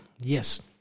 Yes